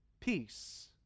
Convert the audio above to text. peace